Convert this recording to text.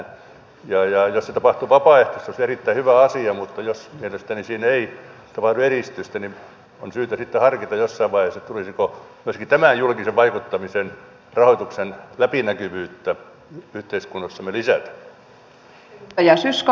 jos se tapahtuisi vapaaehtoisesti se olisi erittäin hyvä asia mutta jos siinä ei tapahdu edistystä niin on syytä sitten harkita jossain vaiheessa tulisiko myöskin tämän julkisen vaikuttamisen rahoituksen läpinäkyvyyttä yhteiskunnassamme lisätä